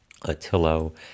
Attilo